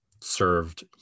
served